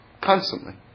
constantly